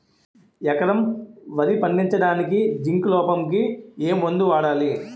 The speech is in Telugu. ఎకరం వరి పండించటానికి జింక్ లోపంకి ఏ మందు వాడాలి?